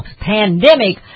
pandemic